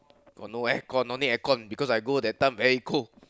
got no air con no need air con because I go that time very cold